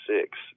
six